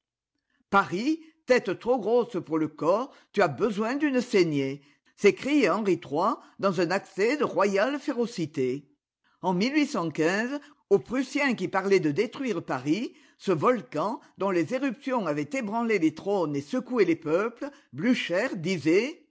paris tête trop grosse pour le corps tu as besoin d'une saignée s'écriait henri iii dans un accès de royale férocité en ii aux prussiens qui parlaient de détruire paris ce volcan dont les éruptions avaient ébranlé les trônes et secoué les peuples blùcher disait